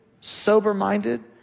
sober-minded